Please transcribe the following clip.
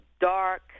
dark